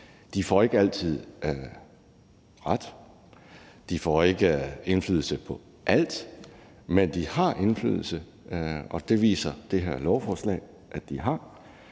De får ikke altid ret. De får ikke indflydelse på alt, men de har indflydelse, og det viser det her lovforslag at de har.